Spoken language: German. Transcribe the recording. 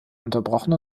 unterbrochen